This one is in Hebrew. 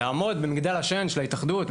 לעמוד במגדל השן של ההתאחדות,